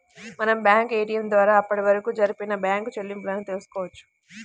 మనం bank ATM ద్వారా అప్పటివరకు జరిపిన బ్యేంకు చెల్లింపులను తెల్సుకోవచ్చు